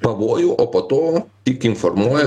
pavojų o po to tik informuoja